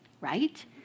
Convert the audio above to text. right